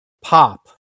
pop